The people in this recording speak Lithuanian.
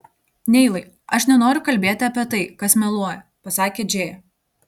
neilai aš nenoriu kalbėti apie tai kas meluoja pasakė džėja